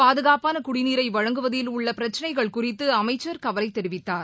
பாதுகாப்பான குடிநீரை வழங்குவதில் உள்ள பிரக்சினைகள் குறித்து அமைச்சர் கவலை தெரிவித்தார்